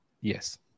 Yes